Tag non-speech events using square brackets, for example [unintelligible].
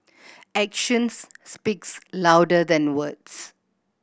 action [unintelligible] speaks louder than words